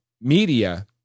media